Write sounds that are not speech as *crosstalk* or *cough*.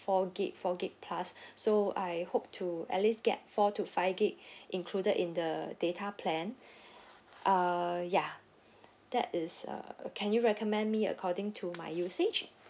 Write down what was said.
four gig four gig plus *breath* so I hope to at least get four to five gig *breath* included in the data plan uh ya that is uh can you recommend me according to my usage